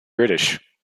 british